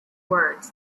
words